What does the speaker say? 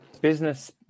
business